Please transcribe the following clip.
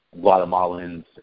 Guatemalans